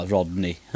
Rodney